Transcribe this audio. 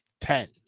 Ten